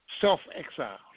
self-exiled